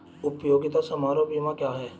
उपयोगिता समारोह बीमा क्या है?